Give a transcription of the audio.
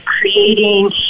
creating